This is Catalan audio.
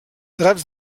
draps